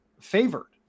favored